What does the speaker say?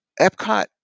Epcot